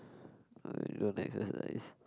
I don't exercise